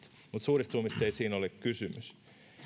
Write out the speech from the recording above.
mutta suurista summista siinä ei ole kysymys